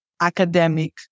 academic